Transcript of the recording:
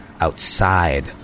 outside